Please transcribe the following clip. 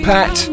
Pat